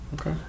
Okay